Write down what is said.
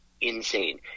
insane